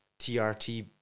TRT